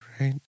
right